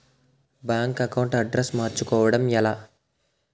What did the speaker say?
Bank account address మార్చుకోవడం ఎలా?